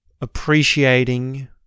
appreciating